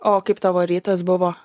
o kaip tavo rytas buvo